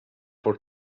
for